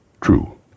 True